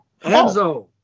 Enzo